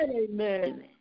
amen